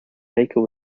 baker